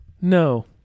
No